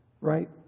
right